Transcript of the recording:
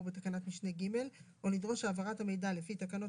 בתקנת משנה (ג) או לדרוש העברת המידע לפי תקנות